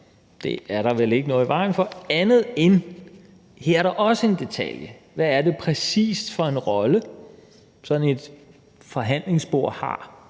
det er der vel ikke noget i vejen for, andet end at der her også er en detalje: Hvad er det præcis for en rolle, sådan et forhandlingsbord har?